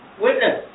witness